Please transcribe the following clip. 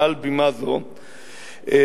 מעל בימה זו בכנסת,